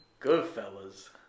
Goodfellas